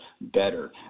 better